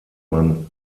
man